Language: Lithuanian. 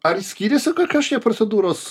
ar skiriasi kažkiek procedūros